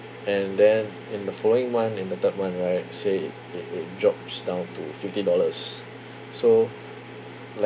and then in the following one in the third one right say it it it drops down to fifty dollars so